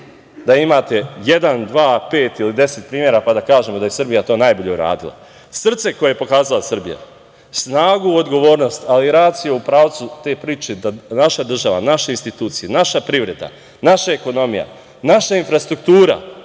da imate jedan, dva, pet ili deset primera, pa da kažemo da je Srbija to najbolje uradila. Srce koje je pokazala Srbija, snagu odgovornosti, ali i raciju u pravcu te priče da naša država, naše institucije, naša privreda, naša ekonomija, naša infrastruktura,